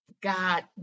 God